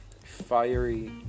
fiery